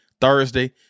thursday